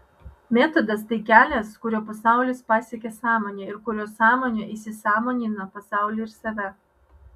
metodas tai kelias kuriuo pasaulis pasiekia sąmonę ir kuriuo sąmonė įsisąmonina pasaulį ir save